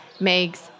megs